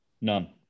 None